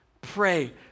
Pray